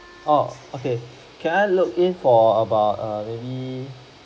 oh okay can I look in for about err maybe